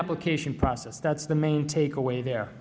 application process that's the main takeaway the